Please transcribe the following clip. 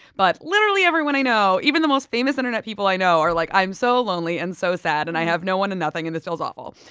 but literally everyone i know, even the most famous internet people i know, are like, i'm so lonely and so sad and i have no one and nothing and this is awful.